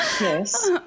Yes